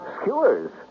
Skewers